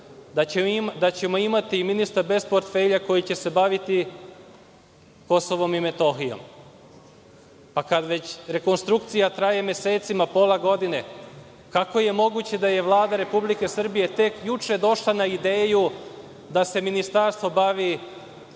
da ćemo imati ministra bez portfelja koji će se baviti KiM. Kada već rekonstrukcija traje mesecima, pola godine, kako je moguće da je Vlada Republike Srbije tek juče došla na ideju da se ministarstvo bavi